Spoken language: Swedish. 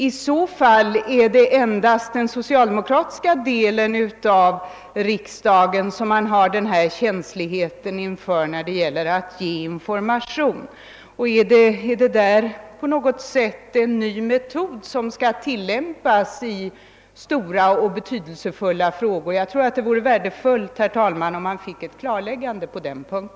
I så fall är det en dast gentemot den socialdemokratiska delen av riksdagen som man visat en sådan känslighet inför kravet på information. Innebär detta en ny metod som skall tillämpas i stora och betydelsefulla frågor? Det vore värdefullt att få ett klarläggande på denna punkt.